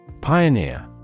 Pioneer